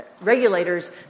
regulators